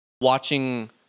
watching